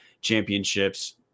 championships